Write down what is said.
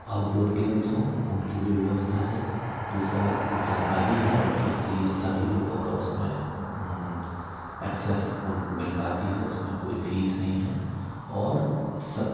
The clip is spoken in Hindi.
आउटडोर गेम्स हों उनकी भी व्यवस्था है दूसरा वो सरकारी है तो इसलिए सभी लोगों का उसमें एक्सेस उनको मिल पाती है उसमें कोई फीस नहीं है और सब